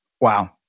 Wow